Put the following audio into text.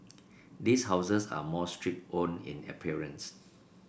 these houses are more stripped own in appearance